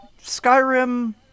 Skyrim